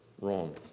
wrong